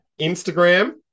Instagram